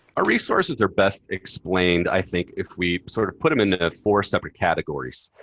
ah resources are best explained, i think, if we sort of put them in four separate categories.